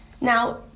Now